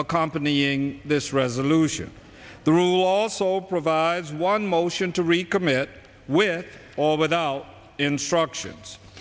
accompanying this resolution the rule also provides one motion to recommit we're all without instructions